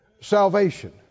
salvation